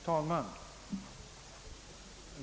Herr talman!